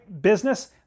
business